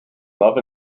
love